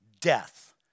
death